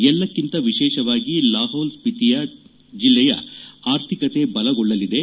ಎಲ್ಲಕ್ಷಿಂತ ವಿಶೇಷವಾಗಿ ಲಾಹೋಲ್ಸ್ವಿತಿ ಜಿಲ್ಲೆಯ ಆರ್ಥಿಕತೆ ಬಲಗೊಳ್ಳಲಿದೆ